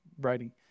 writing